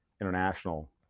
International